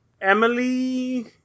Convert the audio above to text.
Emily